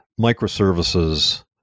microservices